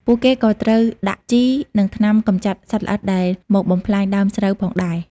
ពួកគេក៏ត្រូវដាក់ជី និងថ្នាំកម្ចាត់សត្វល្អិតដែលមកបំផ្លាញដើមស្រូវផងដែរ។